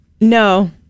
No